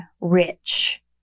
rich